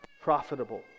profitable